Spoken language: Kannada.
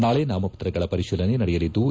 ನಾಳೆ ನಾಮಪತ್ರಗಳ ಪರಿಶೀಲನೆ ನಡೆಯಲಿದ್ಲು